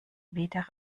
weder